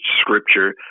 scripture